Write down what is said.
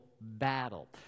battle